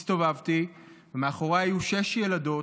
הסתובבתי ומאחוריי היו שש" ילדות,